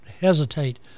hesitate